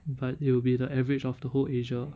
but it will be the average of the whole asia